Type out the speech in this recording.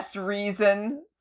reason